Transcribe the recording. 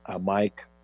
Mike